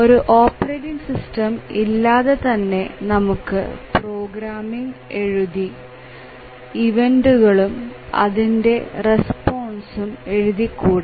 ഒരു operating system ഇലാതെ തന്നെ നമുക്ക് പ്രോഗ്രാമിങ് എഴുതി ഇവെന്റുകളും അതിന്ടെ റെസ്പോൺസും എഴുതിക്കൂടെ